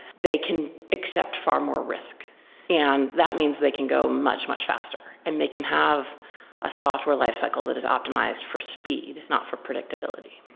they can accept far more risk and that means they can go much, much faster and they can have a software lifecycle that is optimized for speed, not for predictability.